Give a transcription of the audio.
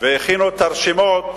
והכינו את הרשימות,